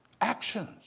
actions